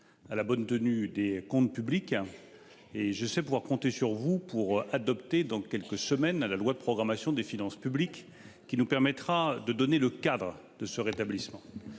à la bonne tenue des comptes publics. Et je sais pouvoir compter sur vous pour adopter dans quelques semaines à la loi de programmation des finances publiques qui nous permettra de donner le cadre de ce rétablissement.